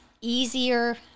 easier